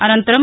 అనంతరం